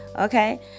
okay